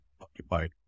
occupied